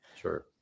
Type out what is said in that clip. Sure